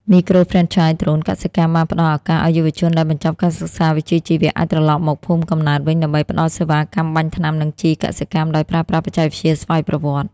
មីក្រូហ្វ្រេនឆាយ ដ្រូនកសិកម្ម បានផ្ដល់ឱកាសឱ្យយុវជនដែលបញ្ចប់ការសិក្សាវិជ្ជាជីវៈ អាចត្រឡប់មកភូមិកំណើតវិញដើម្បីផ្ដល់សេវាកម្មបាញ់ថ្នាំ និងជីកសិកម្មដោយប្រើប្រាស់បច្ចេកវិទ្យាស្វ័យប្រវត្តិ។